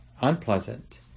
unpleasant